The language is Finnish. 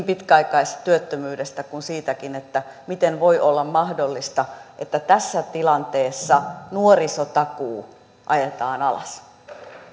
pitkäaikaistyöttömyydestä kuin siitäkin miten voi olla mahdollista että tässä tilanteessa nuorisotakuu ajetaan alas